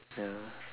ya